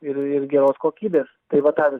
ir ir geros kokybės tai va tą ir